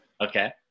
Okay